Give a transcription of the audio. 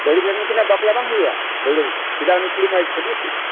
ᱫᱟᱹᱣᱲᱟᱹ ᱪᱚᱴ ᱨᱮᱫᱚ ᱱᱩᱠᱤᱱᱟᱜ ᱵᱟᱯᱞᱟ ᱵᱟᱝ ᱦᱩᱭᱩᱜᱼᱟ ᱫᱟᱹᱣᱲᱟᱹ ᱨᱮᱫᱚ ᱪᱮᱫᱟᱜ ᱩᱱᱤ ᱠᱩᱲᱤ ᱢᱟᱭ ᱪᱷᱟᱹᱰᱣᱭᱤ ᱠᱩᱲᱤ ᱠᱟᱱ